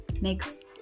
makes